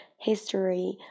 history